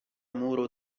muro